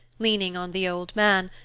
leaning on the old man,